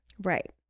Right